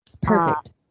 Perfect